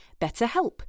BetterHelp